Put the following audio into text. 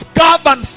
govern